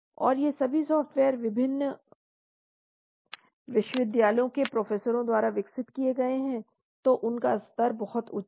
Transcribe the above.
और ये सभी सॉफ्टवेयर्स विभिन्न विश्वविद्यालयों के प्रोफेसरों द्वारा विकसित किए गए हैं तो उन का स्तर बहुत उच्च है